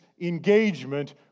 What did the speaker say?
engagement